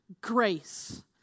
grace